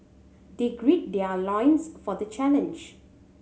they gird their loins for the challenge